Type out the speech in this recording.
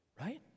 Right